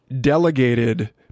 delegated